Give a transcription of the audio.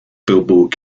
billboard